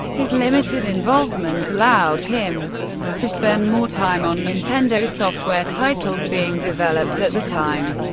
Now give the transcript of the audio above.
his limited involvement allowed him to spend more time on nintendo's software titles being developed at the time,